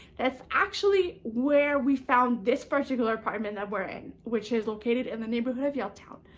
that's actually where we found this particular apartment that we're in, which is located in the neighbourhood of yaletown.